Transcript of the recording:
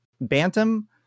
Bantam